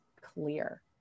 clear